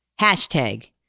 Hashtag